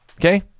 okay